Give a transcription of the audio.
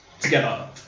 Together